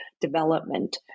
development